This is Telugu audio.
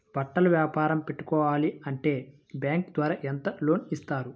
బట్టలు వ్యాపారం పెట్టుకోవాలి అంటే బ్యాంకు ద్వారా ఎంత లోన్ ఇస్తారు?